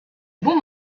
bons